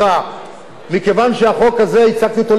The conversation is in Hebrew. את החוק הזה הצגתי ליריב לוין,